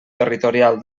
territorial